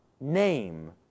name